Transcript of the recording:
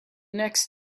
next